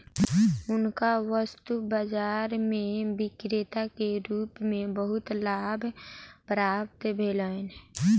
हुनका वस्तु बाजार में विक्रेता के रूप में बहुत लाभ प्राप्त भेलैन